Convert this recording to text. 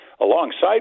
alongside